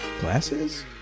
Glasses